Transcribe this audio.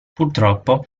purtroppo